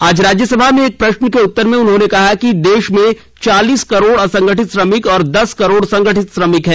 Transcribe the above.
आज राज्यसभा में एक प्रश्न के उत्तर में उन्होंने कहा कि देश में चालीस करोड असंगठित श्रमिक और दस करोड संगठित श्रमिक हैं